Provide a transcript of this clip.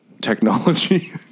technology